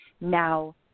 now